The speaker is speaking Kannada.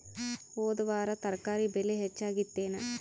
ಹೊದ ವಾರ ತರಕಾರಿ ಬೆಲೆ ಹೆಚ್ಚಾಗಿತ್ತೇನ?